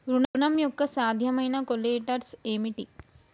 ఋణం యొక్క సాధ్యమైన కొలేటరల్స్ ఏమిటి?